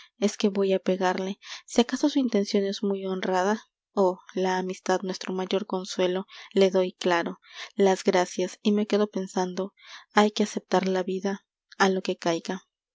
es que voy a pegarle si acaso su intención es muy honrada oh la amistad nuestro mayor consuelo le doy claro las gracias y me quedo pensando hay que aceptar la vida a lo que caiga